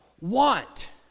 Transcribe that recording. want